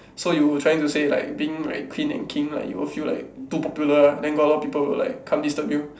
so you trying to say like being like queen and king like you will feel like too popular ah then got a lot of people will like come disturb you